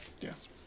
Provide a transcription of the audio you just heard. Yes